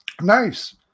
Nice